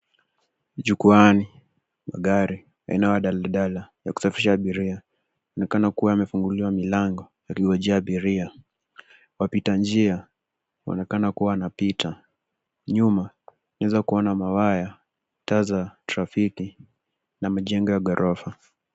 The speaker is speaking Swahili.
Jukwaani magari aina daldala kuwa amefunguliwa milango iliyojaa abiria, wapita njia wanaonekana kuwa wanapita nyuma ya kuona mawaya taa trafiki na majengo ya ghorofa.